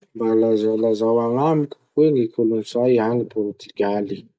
Mba lazalazao agnamiko hoe ny kolotsay agny Portugaly?